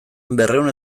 berrehun